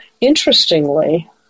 interestingly